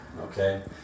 okay